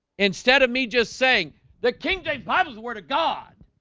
instead of me just saying that king james potter's word of god.